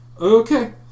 Okay